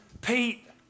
Pete